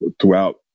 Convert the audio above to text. throughout